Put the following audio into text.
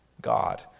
God